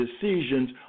decisions